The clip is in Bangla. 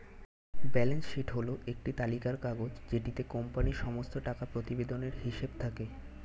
ব্যালান্স শীট হল একটি তালিকার কাগজ যেটিতে কোম্পানির সমস্ত টাকা প্রতিবেদনের হিসেব থাকে